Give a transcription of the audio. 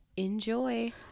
enjoy